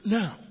Now